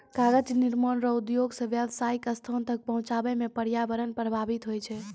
कागज निर्माण रो उद्योग से व्यावसायीक स्थान तक पहुचाबै मे प्रर्यावरण प्रभाबित होय छै